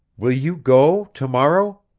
will you go to-morrow?